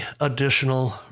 additional